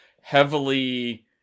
heavily